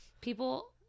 People